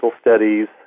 studies